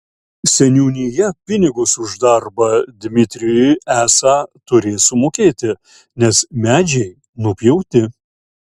seniūnija pinigus už darbą dmitrijui esą turės sumokėti nes medžiai nupjauti